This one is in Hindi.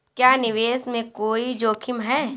क्या निवेश में कोई जोखिम है?